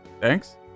Thanks